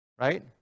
Right